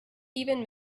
even